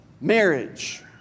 marriage